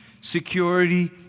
security